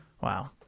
Wow